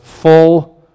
full